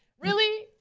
really?